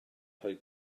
rhoi